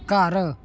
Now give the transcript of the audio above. ਘਰ